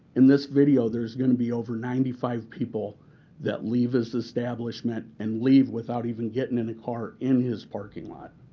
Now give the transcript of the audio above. in this video, there's going to be over ninety five people that leave this establishment and leave without even getting in a car in his parking lot.